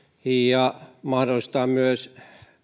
ja mahdollistaa myös